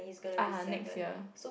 ah next year